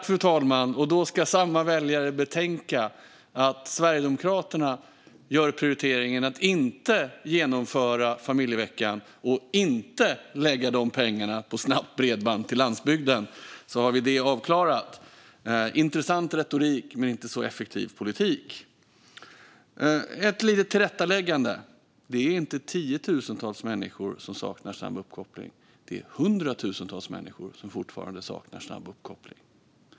Fru talman! Då ska samma väljare betänka att Sverigedemokraterna gör prioriteringen att inte genomföra familjeveckan och inte lägga de pengarna på snabbt bredband till landsbygden, så har vi det avklarat - intressant retorik men inte så effektiv politik. Ett litet tillrättaläggande: Det är inte tiotusentals människor som saknar snabb uppkoppling; det är hundratusentals människor som fortfarande saknar snabb uppkoppling.